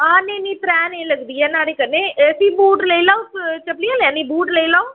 हां नेईं नेईं तरैह्ट नेईं लगदी ऐ न्हाड़े कन्नै एह् फ्ही बूट लेई लैओ प चप्पली गै लैनी बूट लेई लैओ